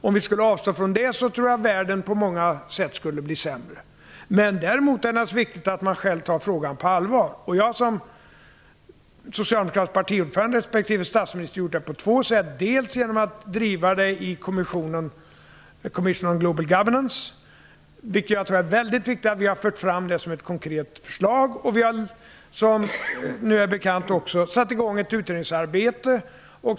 Om vi skulle avstå från det tror jag att världen på många sätt skulle bli sämre. Däremot är det naturligtvis viktigt att man själv tar frågan på allvar. Jag som socialdemokratisk partiordförande respektive statsminister har gjort det på två sätt. Dels har vi drivit det i Commission of Global Governments. Jag tror att det är väldigt viktigt att vi har fört fram det här som ett konkret förslag. Dels har vi, som bekant, också satt i gång ett utredningsarbete.